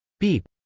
beep.